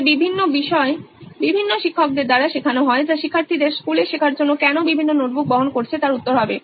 তাই বিভিন্ন বিষয় বিভিন্ন শিক্ষকদের দ্বারা শেখানো হয় যা শিক্ষার্থীদের স্কুলে শেখার জন্য কেন বিভিন্ন নোটবুক বহন করছে তার উত্তর হবে